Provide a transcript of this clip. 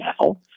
now